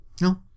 No